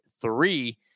three